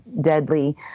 deadly